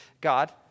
God